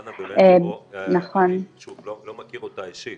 ולגבי אנה בילנקו , שוב, אני לא מכיר אותה אישית